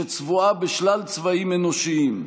שצבועה בשלל צבעים אנושיים.